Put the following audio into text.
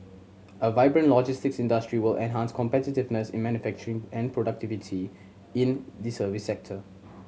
a vibrant logistics industry will enhance competitiveness in manufacturing and productivity in the service sector